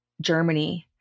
Germany